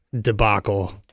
debacle